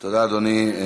תודה, אדוני.